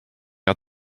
out